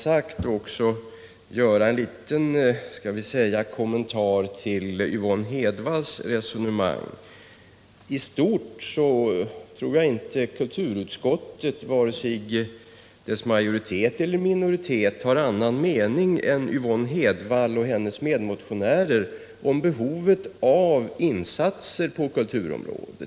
Jag vill samtidigt göra en liten kommentar till Yvonne Hedvalls resonemang. Jag tror inte att vare sig kulturutskottets majoritet eller dess minoritet har annan mening än Yvonne Hedvall och hennes medmotionärer när det gäller behovet av insatser på kulturområdet.